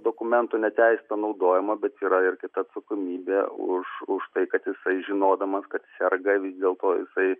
dokumentų neteisėtą naudojimą bet yra ir kita atsakomybė už už tai kad jisai žinodamas kad serga vis dėl to jisai